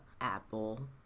apple